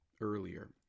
earlier